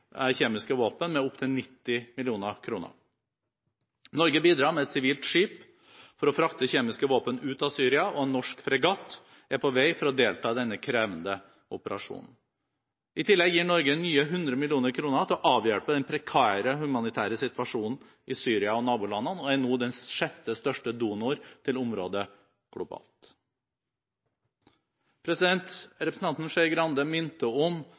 kjemiske våpen med opptil 90 mill. kr. Norge bidrar med et sivilt skip for å frakte kjemiske våpen ut av Syria, og en norsk fregatt er på vei for å delta i denne krevende operasjonen. I tillegg gir Norge enda 100 mill. kr til å avhjelpe den prekære humanitære situasjonen i Syria og nabolandene. Norge er nå den sjette største donoren til området globalt sett. Representanten Skei Grande minte om